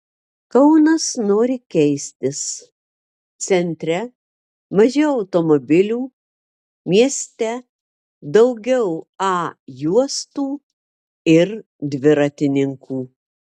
kaunas nori keistis centre mažiau automobilių mieste daugiau a juostų ir dviratininkų